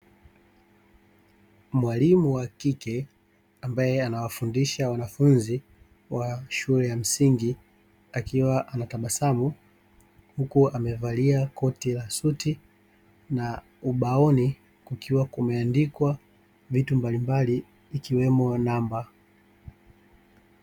Mwalimu wa kike ambaye anawafundisha wanafunzi wa shule ya msingi akiwa anatabasamu, huku amevalia koti la suti na ubaoni kukiwa kumeandikwa vitu mbalimbali ikiwemo namba.